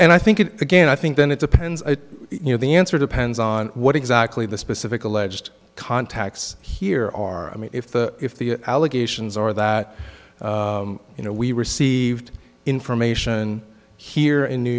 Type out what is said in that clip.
and i think it again i think then it depends you know the answer depends on what exactly the specific alleged contacts here are i mean if the if the allegations are that you know we received information here in new